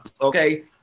Okay